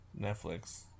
Netflix